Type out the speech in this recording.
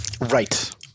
Right